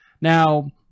Now